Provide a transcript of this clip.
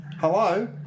Hello